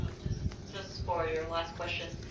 um just just for your last question.